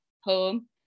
home